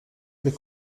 les